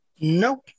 nope